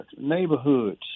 neighborhoods